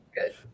good